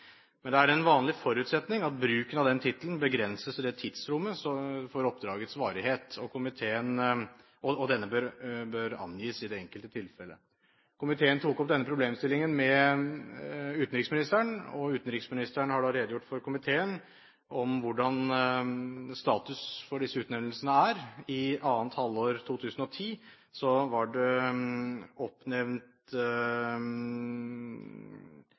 Men i enkelte, spesielle og meget kortvarige oppdrag av seremoniell karakter kan Utenriksdepartementet oppnevne slike ambassadører i særskilte oppdrag. Det er en vanlig forutsetning at bruken av den tittelen begrenses til tidsrommet for oppdragets varighet, og dette bør angis i det enkelte tilfellet. Komiteen tok opp denne problemstillingen med utenriksministeren, og utenriksministeren har da redegjort for komiteen om hvordan status for disse utnevnelsene er. I annet halvår 2010 var